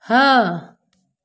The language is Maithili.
हँ